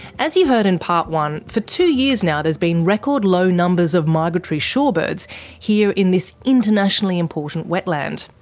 as you heard in part one, for two years now there's been record low numbers of migratory shorebirds here in this internationally important wetland.